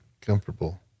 Comfortable